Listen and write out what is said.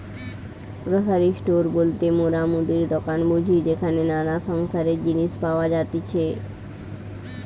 grocery store বলতে মোরা মুদির দোকান বুঝি যেখানে নানা সংসারের জিনিস পাওয়া যাতিছে